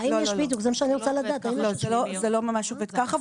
זה לא עובד כך.